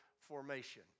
formation